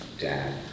dad